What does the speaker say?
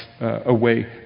away